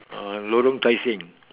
uh lorong tai seng